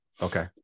Okay